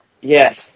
Yes